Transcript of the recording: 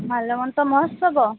ମାଲୁମନ୍ତ ମହୋତ୍ସବ